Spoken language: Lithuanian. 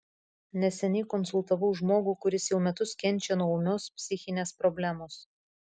neseniai konsultavau žmogų kuris jau metus kenčia nuo ūmios psichinės problemos